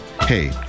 Hey